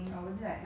the